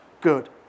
good